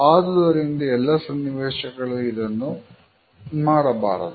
ಆದುದರಿಂದ ಎಲ್ಲರ ಸನ್ನಿವೇಶಗಳಲ್ಲಿ ಇದನ್ನು ಮಾಡಬಾರದು